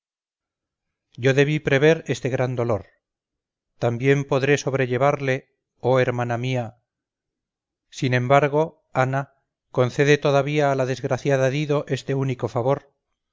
yo debí prever este gran dolor también podré sobrellevarle oh hermana mía sin embargo ana concede todavía a la desgraciada dido este único favor